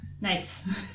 Nice